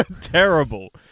Terrible